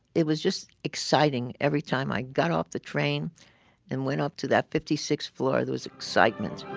it was just exciting every time i got off the train and went up to that fifty sixth floor. those excitements.